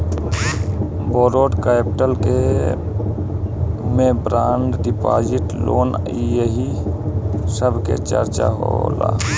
borrowed capital के में bond deposit loan एही सब के चर्चा होला